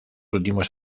últimos